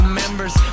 members